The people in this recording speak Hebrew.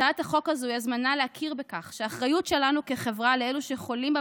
הצעת החוק הזו היא הזמנה להכיר בכך שהאחריות שלנו כחברה לאלו שחולים בה